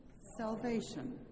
salvation